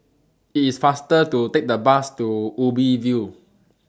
IT IS faster to Take The Bus to Ubi View